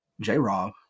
J-Rob